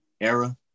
era